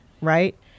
right